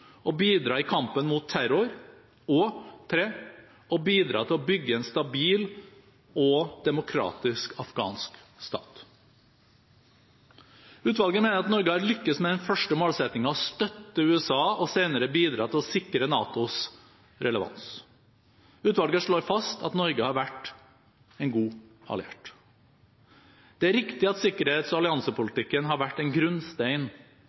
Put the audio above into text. å bidra i kampen mot terror og for det tredje å bidra til å bygge en stabil og demokratisk afghansk stat. Utvalget mener at Norge har lykkes med den første målsettingen, å støtte USA, og senere å bidra til å sikre NATOs relevans. Utvalget slår fast at Norge har vært en god alliert. Det er riktig at sikkerhets- og alliansepolitikken har vært en grunnstein